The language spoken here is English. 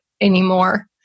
anymore